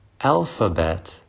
alphabet